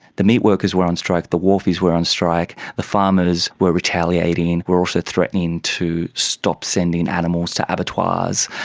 the meatworkers were on strike, the wharfies were on strike, the farmers were retaliating, were also threatening to stop sending animals to abattoirs.